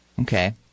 Okay